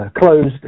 closed